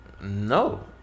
No